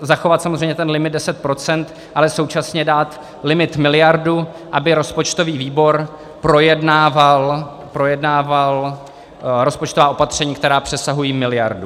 zachovat samozřejmě ten limit deset procent, ale současně dát limit miliardu, aby rozpočtový výbor projednával rozpočtová opatření, která přesahují miliardu.